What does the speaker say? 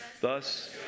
Thus